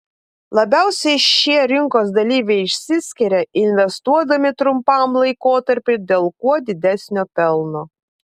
labiausiai šie rinkos dalyviai išsiskiria investuodami trumpam laikotarpiui dėl kuo didesnio pelno